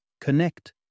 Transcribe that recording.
connect